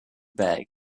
bag